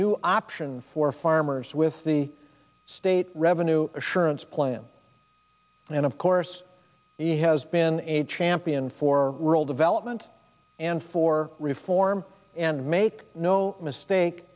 new option for farmers with the state revenue assurance plan and of course he has been a champion for rural development and for reform and make no mistake